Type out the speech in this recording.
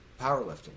powerlifting